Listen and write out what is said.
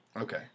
Okay